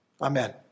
Amen